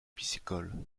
piscicole